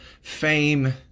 fame